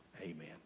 Amen